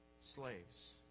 slaves